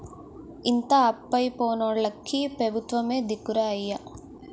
ఇంత అప్పయి పోనోల్లకి పెబుత్వమే దిక్కురా అయ్యా